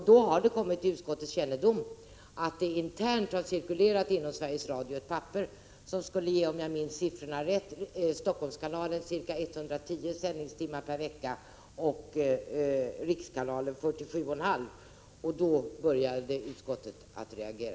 Det har kommit till utskottets kännedom att det internt inom Sveriges Radio har cirkulerat ett papper som skulle ge, om jag minns siffrorna rätt, Helsingforsskanalen ca 110 sändningstimmar per vecka och rikskanalen 47,5 sändningstimmar per vecka. Då började utskottet att reagera.